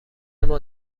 ماه